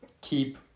keep